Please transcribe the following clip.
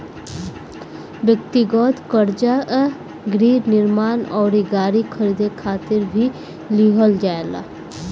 ब्यक्तिगत कर्जा गृह निर्माण अउरी गाड़ी खरीदे खातिर भी लिहल जाला